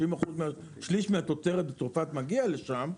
שליש מהתוצרת של צרפת מגיע לשם,